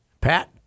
Pat